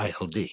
ILD